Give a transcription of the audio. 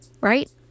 Right